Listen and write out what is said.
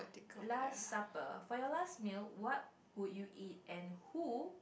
last supper for you last meal what would you eat and who